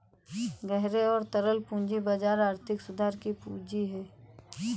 गहरे और तरल पूंजी बाजार आर्थिक सुधार की कुंजी हैं,